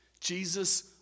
Jesus